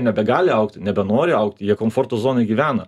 nebegali augti nebenori augti jie komforto zonoj gyvena